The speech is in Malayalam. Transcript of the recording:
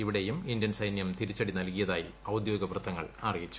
ഇവിടെയും ഇന്തൃൻ സൈന്യം തിരിച്ചടി നല്കിയതായി ഔദ്യോഗിക വൃത്തങ്ങൾ അറിയിച്ചു